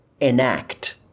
enact